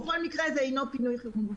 זה אינו פינוי חירום.